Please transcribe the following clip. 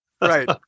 Right